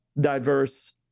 diverse